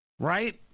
right